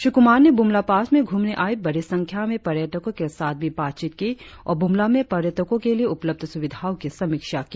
श्री कुमार ने बुमला पास में घूमने आए बड़ी संख्या में पर्यटको के साथ भी बातचीत की और ब्रमला में पर्यटको के लिए उपलब्ध स्विधाओं की समीक्षा की